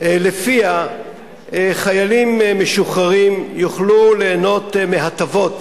שלפיה חיילים משוחררים יוכלו ליהנות מהטבות